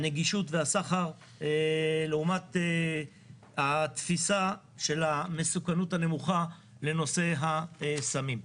הנגישות והסחר לעומת התפיסה של המסוכנות הנמוכה לנושא הסמים.